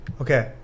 okay